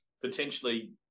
potentially